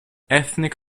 ethnic